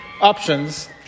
options